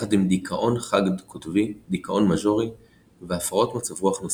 יחד עם דיכאון חד-קוטבי דיכאון מז'ורי והפרעות מצב רוח נוספות.